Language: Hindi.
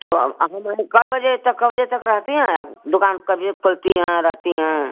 तो हम आएँ कितने बजे तक कितने बजे तक रहती हैं आप दुकान कितने बजे खोलती हैं रहती हैं